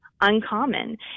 uncommon